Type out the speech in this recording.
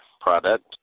product